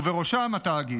ובראשה התאגיד.